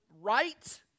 right